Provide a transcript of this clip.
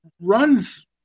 runs